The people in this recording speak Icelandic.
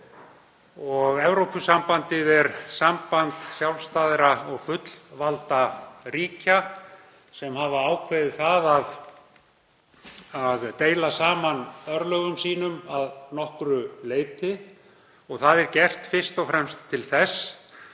og Evrópusambandið er samband sjálfstæðra og fullvalda ríkja sem hafa ákveðið að deila örlögum sínum að nokkru leyti. Það er gert fyrst og fremst til þess